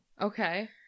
Okay